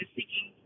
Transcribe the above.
seeking